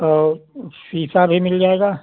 और वो शीशा भी मिल जाएगा